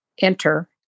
enter